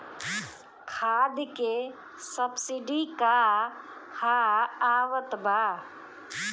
खाद के सबसिडी क हा आवत बा?